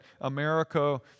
America